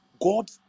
god